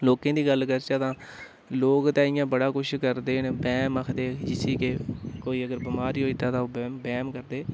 लोकें दी गल्ल करचै तां लोक ते इयां बड़ा कुछ करदे न बैह्म आखदे जिसी कि कोई अगर बमार बी होई दा तां बैह्म करदे